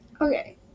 Okay